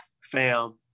FAM